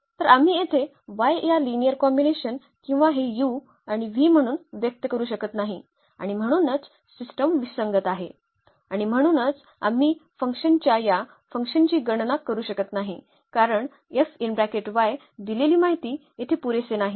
तर आम्ही येथे y या लिनिअर कॉम्बिनेशन किंवा हे u आणि v म्हणून व्यक्त करू शकत नाही आणि म्हणूनच सिस्टम विसंगत आहे आणि म्हणूनच आम्ही F च्या या F ची गणना करू शकत नाही कारण दिलेली माहिती येथे पुरेसे नाही